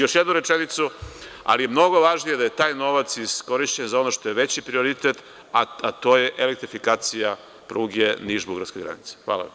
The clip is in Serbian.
Još jedna rečenica, ali je mnogo važnije da je taj novac iskorišćen za ono što je već prioritet, a to je elektrifikacija pruge Niš-Bugarska granica.